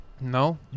No